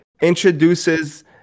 introduces